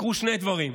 שני דברים יקרו,